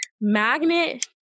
Magnet